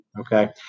Okay